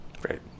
Great